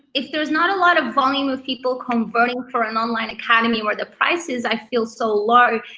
if there's not a lot of volume of people converting for an online academy where the prices, i feel so low,